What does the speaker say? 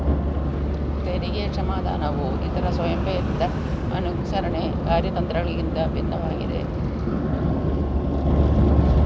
ತೆರಿಗೆ ಕ್ಷಮಾದಾನವು ಇತರ ಸ್ವಯಂಪ್ರೇರಿತ ಅನುಸರಣೆ ಕಾರ್ಯತಂತ್ರಗಳಿಗಿಂತ ಭಿನ್ನವಾಗಿದೆ